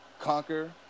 conquer